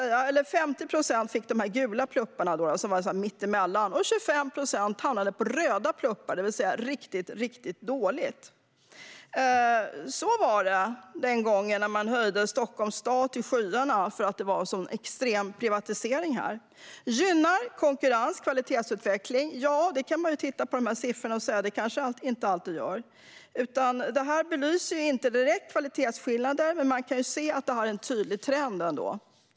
Det var 50 procent som fick gula pluppar, vilket var mitt emellan. Och 25 procent fick röda pluppar, vilket var riktigt dåligt. Så var det den gången, när man höjde Stockholms stad till skyarna för att privatiseringen var så extrem här. Gynnar konkurrens kvalitetsutveckling? Ja, vi kan ju titta på de här siffrorna och se att det kanske inte alltid är så. Det här belyser inte direkt kvalitetsskillnader, men vi kan ändå se att det är en tydlig trend.